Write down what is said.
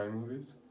movies